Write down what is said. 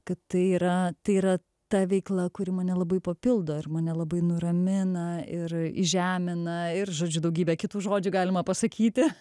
kad tai yra tai yra ta veikla kuri mane labai papildo ir mane labai nuramina ir įžemina ir žodžiu daugybę kitų žodžių galima pasakyti